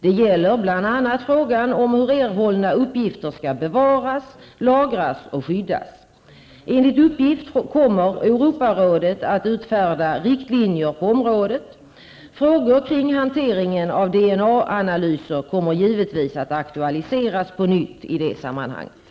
Det gäller bl.a. frågan om hur erhållna uppgifter skall bevaras, lagras och skyddas. Enligt uppgift kommer Europarådet att utfärda riktlinjer på området. Frågor kring hanteringen av DNA-analyser kommer givetvis att aktualiseras på nytt i det sammanhanget.